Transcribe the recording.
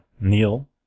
Neil